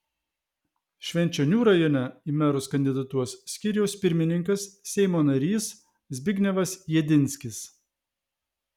švenčionių rajone į merus kandidatuos skyriaus pirmininkas seimo narys zbignevas jedinskis